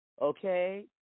okay